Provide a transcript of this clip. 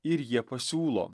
ir jie pasiūlo